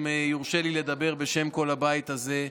אם יורשה לי לדבר בשם כל הבית הזה,